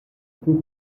peut